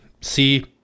see